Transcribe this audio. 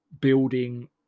building